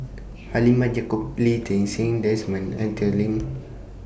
Halimah Yacob Lee Ti Seng Desmond and Arthur Lim